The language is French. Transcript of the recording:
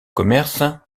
commerce